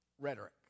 rhetoric